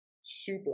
super